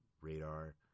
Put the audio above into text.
radar